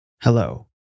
Hello